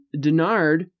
Denard